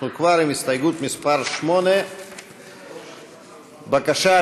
אנחנו כבר עם הסתייגות מס' 8. בבקשה,